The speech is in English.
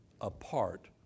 apart